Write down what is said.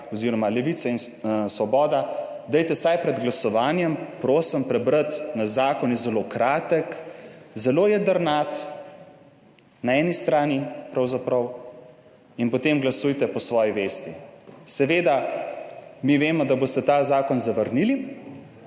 oziroma Levica in Svoboda, dajte vsaj pred glasovanjem prosim prebrati naš zakon, je zelo kratek, zelo jedrnat, na eni strani pravzaprav, in potem glasujte po svoji vesti. Seveda, mi vemo, da boste ta zakon zavrnili,